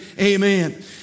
amen